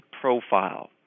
profile